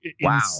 wow